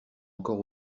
encore